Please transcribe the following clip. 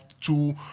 two